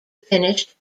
finished